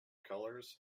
colors